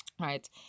right